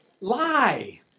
Lie